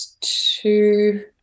two